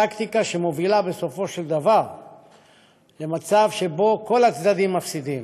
טקטיקה שמובילה בסופו של דבר למצב שכל הצדדים מפסידים.